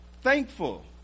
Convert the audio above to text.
thankful